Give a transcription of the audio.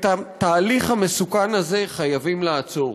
את התהליך המסוכן הזה חייבים לעצור.